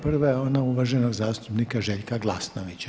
Prva je ona uvaženog zastupnika Željka Glasnovića.